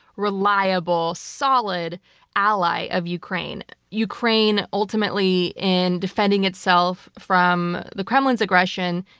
reliable, solid ally of ukraine. ukraine, ultimately, in defending itself from the kremlin's aggression,